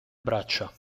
braccia